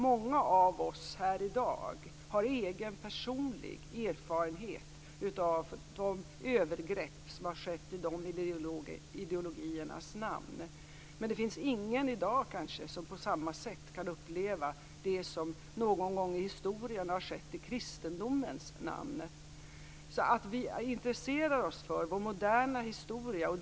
Många av oss här i dag har egna personliga erfarenheter av de övergrepp som har skett i dessa ideologiers namn. Men det finns kanske ingen i dag som på samma sätt har upplevt det som någon gång i historien har skett i kristendomens namn. Det som vi intresserar oss för är vår moderna historia.